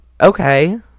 okay